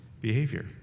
behavior